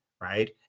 right